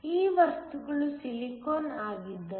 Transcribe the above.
ಈ ವಸ್ತುಗಳು ಸಿಲಿಕಾನ್ ಆಗಿದ್ದರೆ